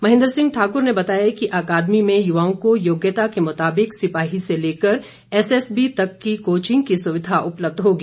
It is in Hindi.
महेन्द्र सिंह ठाकुर ने बताया कि अकादमी में युवाओं को योग्यता के मुताबिक सिपाही से लेकर एसएसबी तक की कोचिंग की सुविधा उपलब्ध होगी